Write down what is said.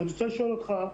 ואני רוצה לשאול אותך,